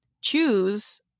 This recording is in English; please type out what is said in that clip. choose